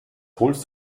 holst